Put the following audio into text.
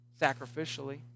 sacrificially